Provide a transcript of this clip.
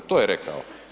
To je rekao.